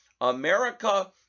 America